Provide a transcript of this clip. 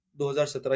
2017